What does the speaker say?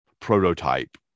prototype